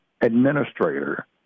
administrator